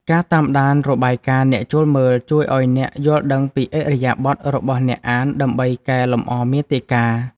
ការតាមដានរបាយការណ៍អ្នកចូលមើល ជួយឱ្យអ្នកយល់ដឹងពីឥរិយាបថរបស់អ្នកអានដើម្បីកែលម្អមាតិកា។